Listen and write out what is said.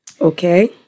okay